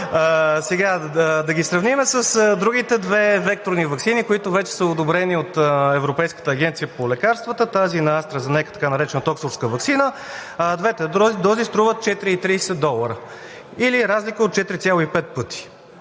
стига. Да ги сравним с другите две векторни ваксини, които вече са одобрени от Европейската агенция по лекарствата – тази на AstraZeneca, така наречената оксфордска ваксина – двете дози струват 4,30 долара, или разлика от 4,5 пъти,